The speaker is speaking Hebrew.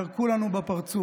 ירקו לנו בפרצוף,